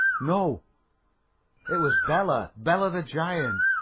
no it was bela! bela, the giant!